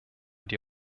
die